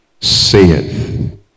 saith